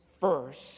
first